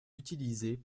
utilisées